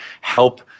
help